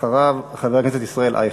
אחריו, חבר הכנסת ישראל אייכלר.